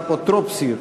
עירונית),